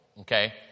okay